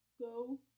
go